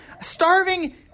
Starving